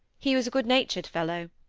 he was a good-natured fellow.